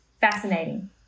Fascinating